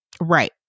Right